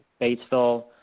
Batesville